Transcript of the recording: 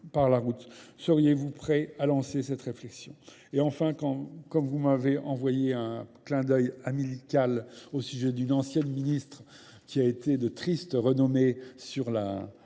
Seriez-vous prêts à lancer cette réflexion ?